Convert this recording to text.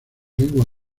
lengua